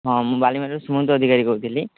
ହଁ ମୁଁ ବାଲିମେଳାରୁ ସୁମନ୍ତ ଅଧିକାରୀ କହୁଥିଲି